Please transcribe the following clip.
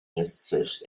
initiatives